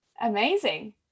amazing